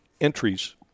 entries